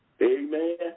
Amen